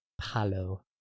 palo